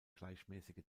gleichmäßige